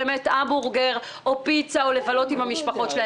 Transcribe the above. המבורגר או פיצה או לבלות עם המשפחות שלהם.